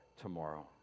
tomorrow